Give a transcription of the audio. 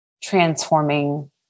transforming